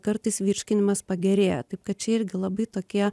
kartais virškinimas pagerėja taip kad čia irgi labai tokie